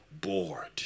bored